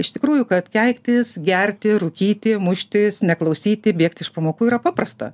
iš tikrųjų kad keiktis gerti rūkyti muštis neklausyti bėgti iš pamokų yra paprasta